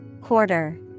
Quarter